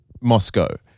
Moscow